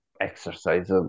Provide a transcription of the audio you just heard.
exercise